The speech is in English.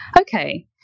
okay